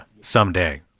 someday